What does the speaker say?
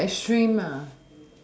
to the extreme